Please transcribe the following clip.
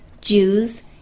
Jews